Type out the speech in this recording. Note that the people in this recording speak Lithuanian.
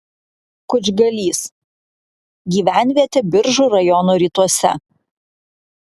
kučgalys gyvenvietė biržų rajono rytuose